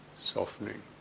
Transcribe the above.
softening